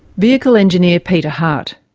vehicle engineer peter hart.